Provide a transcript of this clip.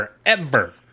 forever